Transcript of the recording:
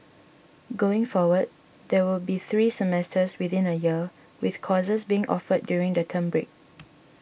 going forward there will be three semesters within a year with courses being offered during the term break